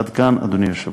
עד כאן, אדוני היושב-ראש.